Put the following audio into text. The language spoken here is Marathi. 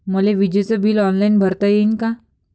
मले विजेच बिल ऑनलाईन भरता येईन का?